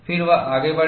फिर वह आगे बढ़ा